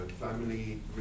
family